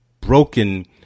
broken